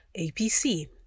APC